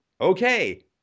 Okay